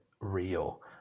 real